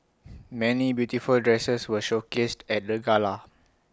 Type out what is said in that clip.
many beautiful dresses were showcased at the gala